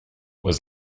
was